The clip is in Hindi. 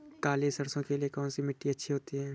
काली सरसो के लिए कौन सी मिट्टी अच्छी होती है?